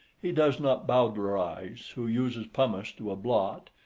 he does not bowdlerise who uses pumice to a blot,